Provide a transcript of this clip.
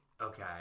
Okay